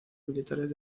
militares